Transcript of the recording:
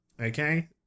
Okay